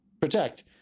protect